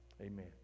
Amen